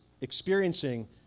experiencing